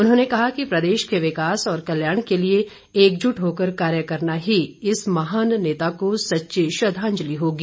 उन्होंने कहा कि प्रदेश के विकास और कल्याण के लिए एकजुट होकर कार्य करना ही इस महान नेता को सच्ची श्रद्वांजलि होगी